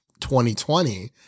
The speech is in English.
2020